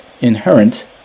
inherent